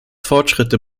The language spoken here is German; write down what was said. fortschritte